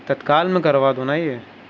تتکال میں کروا دو نا یہ